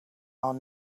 are